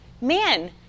man